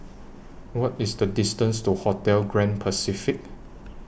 What IS The distance to Hotel Grand Pacific